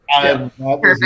perfect